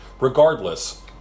regardless